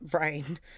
rain